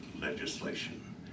legislation